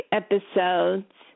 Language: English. episodes